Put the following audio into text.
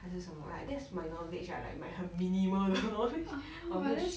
还是什么 like that's my knowledge lah like 很 minimal 的 lor